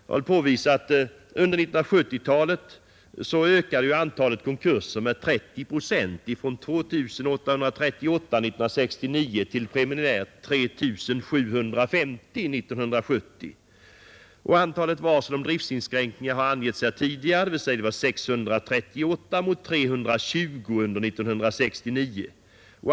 Jag vill erinra om att antalet konkurser under 1970 ökade med drygt 30 procent, dvs. från 2838 år 1969 till preliminärt 3 750 år 1970. Antalet varsel om driftsinskränkningar har här tidigare angivits; de uppgick till 638 mot 320 under år 1969.